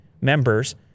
members